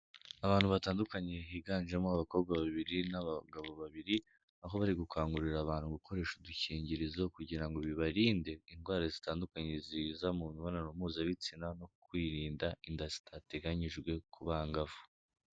Abantu batandukanye higanjemo abakobwa babiri n'abagabo babiri, aho bari gukangurira abantu gukoresha udukingirizo kugira ngo bibarinde indwara zitandukanye ziza mu mibonano mpuzabitsina no kwirinda inda zitateganyijwe ku bangavu.